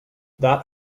that